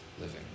living